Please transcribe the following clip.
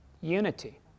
unity